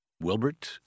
Wilbert